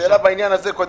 שאלה בעניין הזה קודם.